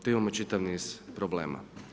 Tu imamo čitav niz problema.